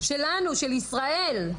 של ישראל.